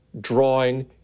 drawing